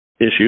issue